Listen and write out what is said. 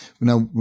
Now